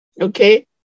Okay